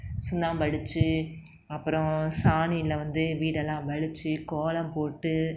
சுண்ணாம்பு அடித்து அப்புறம் சாணியில் வந்து வீடெல்லாம் வழித்து கோலம் போட்டு